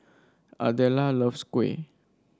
Adela loves kuih